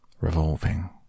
revolving